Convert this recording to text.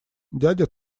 дядя